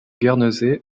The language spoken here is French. guernesey